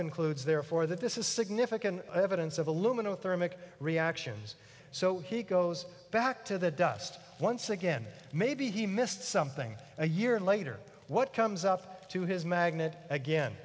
concludes therefore that this is significant evidence of aluminum thermic reactions so he goes back to the dust once again maybe he missed something a year later what comes up to his magnet again